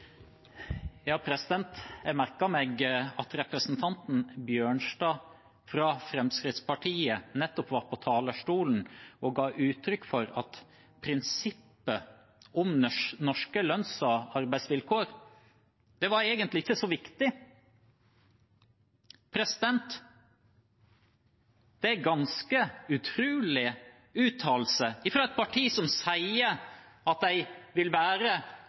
ga uttrykk for at prinsippet om norske lønns- og arbeidsvilkår egentlig ikke var så viktig. Det er en ganske utrolig uttalelse fra et parti som sier at de vil være